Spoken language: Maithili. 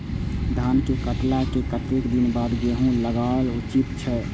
धान के काटला के कतेक दिन बाद गैहूं लागाओल उचित छे?